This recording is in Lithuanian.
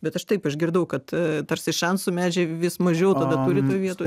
bet aš taip išgirdau kad tarsi šansų medžiai vis mažiau tada turi toj vietoj